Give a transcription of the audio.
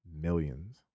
Millions